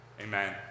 Amen